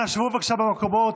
אנא, שבו בבקשה במקומות.